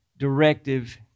directive